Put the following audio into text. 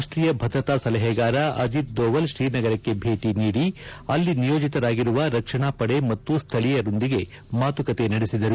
ರಾಷ್ಟೀಯ ಭದ್ರತಾ ಸಲಹೆಗಾರ ಅಜಿತ್ ದೋವರ್ ತ್ರೀನಗರಕ್ಕೆ ಭೇಟಿ ನೀಡಿ ಅಲ್ಲಿ ನಿಯೋಜಿತರಾಗಿರುವ ರಕ್ಷಣಾ ಪಡೆ ಮತ್ತು ಸ್ಥಳೀಯರೊಂದಿಗೆ ಮಾತುಕತೆ ನಡೆಸಿದರು